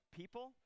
people